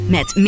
Met